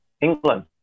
England